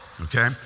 Okay